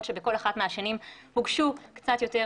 החינוך בנושא נוהל בחירת נציגי ציבור